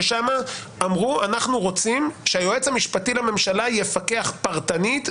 ששם אמרו שאנחנו רוצים שהיועץ המשפטי לממשלה יפקח פרטנית,